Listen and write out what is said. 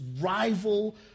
rival